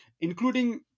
including